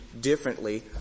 differently